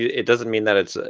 it doesn't mean that it's.